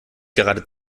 gerade